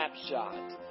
snapshot